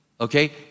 Okay